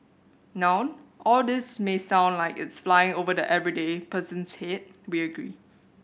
now all this may sound like it's flying over the everyday person's head we agree